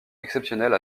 exceptionnelle